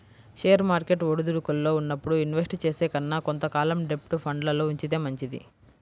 share market ఒడిదుడుకుల్లో ఉన్నప్పుడు invest చేసే కన్నా కొంత కాలం డెబ్ట్ ఫండ్లల్లో ఉంచితే మంచిది